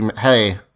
Hey